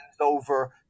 over